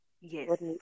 yes